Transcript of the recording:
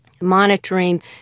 monitoring